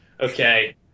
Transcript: Okay